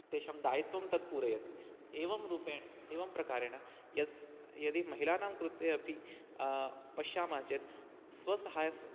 तेषां दायित्वं तत् पूरयति एवं रूपेण एवं प्रकारेण यस् यदि महिलानां कृते अपि पश्यामः चेत् स्वसहाय्यं